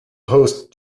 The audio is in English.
host